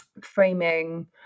framing